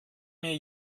mir